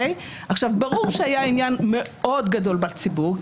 ברור שהיה עניין מאוד גדול בציבור,